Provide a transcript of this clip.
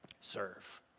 serve